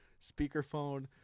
speakerphone